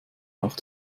auch